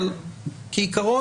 אבל כעיקרון,